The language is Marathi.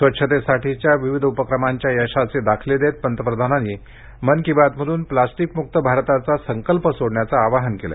स्वच्छतेसाठीच्या विविध उपक्रमांच्या यशाचे दाखले देत पंतप्रधानांनी काल मन की बात मधून प्लास्टिकमुक्त भारताचा संकल्प सोडण्याचं आवाहन केलं